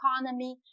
economy